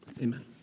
Amen